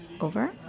over